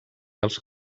els